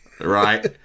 right